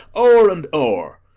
o'er and o'er.